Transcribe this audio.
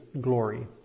glory